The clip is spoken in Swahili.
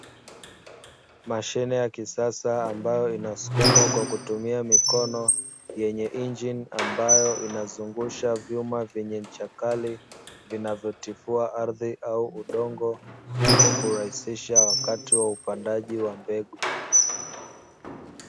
Mashine ya kisasa ambayo inasukumwa kwa kutumia mikono, yenye injini ambayo inazungusha vyuma vyenye ncha kali, vinavyotifua ardhi au udongo, ili kurahisisha wakati wa upandaji wa mbegu.